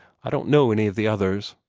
i don't know any of the others.